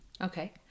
Okay